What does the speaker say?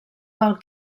pel